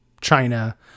China